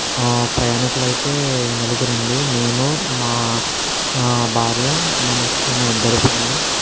ప్రయాణికులయితే నలుగురండీ నేను మా భార్య మా నెక్స్ట్ మా ఇద్దరి పిల్లలు